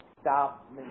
stop